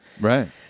Right